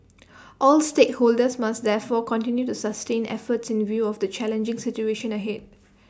all stakeholders must therefore continue to sustain efforts in view of the challenging situation ahead